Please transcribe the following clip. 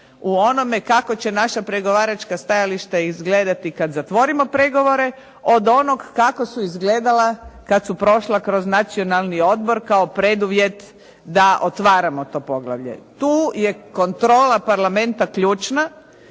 u onome kako će naša pregovaračka stajališta izgledati kad zatvorimo pregovore, od onog kako su izgledala kad su prošla kroz Nacionalni odbor kao preduvjet da otvaramo to poglavlje. Tu je kontrola parlamenta ključna